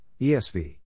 ESV